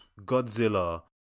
Godzilla